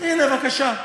הנה, בבקשה.